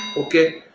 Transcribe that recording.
ok,